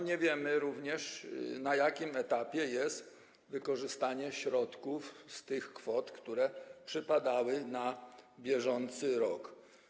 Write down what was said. Nie wiemy również, na jakim etapie jest wykorzystanie środków, tych kwot, które przypadały na bieżący rok.